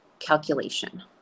calculation